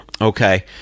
Okay